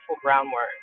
groundwork